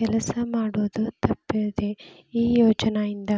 ಕೆಲಸ ಮಾಡುದ ತಪ್ಪಿದೆ ಈ ಯೋಜನಾ ಇಂದ